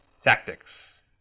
Tactics